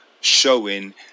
showing